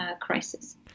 crisis